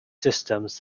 systems